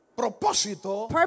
Propósito